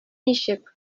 ничек